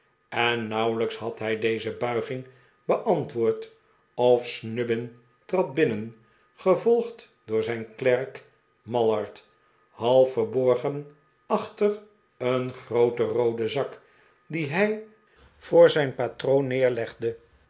en nauwelijks had hij deze buiging beantwoord of snubbin trad binnen gevolgd door zijn klerk mallard half verborgen achter een grooten rooden zak dien hij voor zijn patroon nederlegde